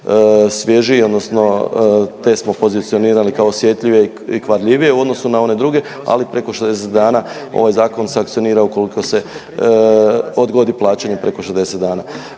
svježiji odnosno te smo pozicionirali kao osjetljivije i kvarljivije u odnosu na one druge, ali preko 60 dana ovaj zakon sankcionira ukoliko se odgodi plaćanje preko 60 dana.